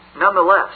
Nonetheless